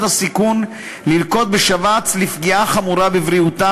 הסיכון ללקות בשבץ לפגיעה חמורה בבריאותם,